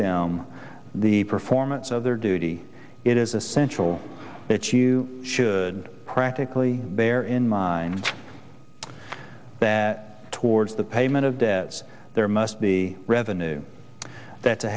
them the performance of their duty it is essential that you should practically bear in mind that towards the payment of debts there must be revenue that to